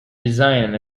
designed